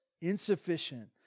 insufficient